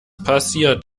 passiert